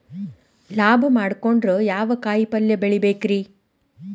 ಲಾಭ ಮಾಡಕೊಂಡ್ರ ಯಾವ ಕಾಯಿಪಲ್ಯ ಬೆಳಿಬೇಕ್ರೇ?